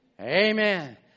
Amen